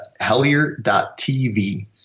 hellier.tv